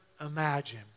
imagine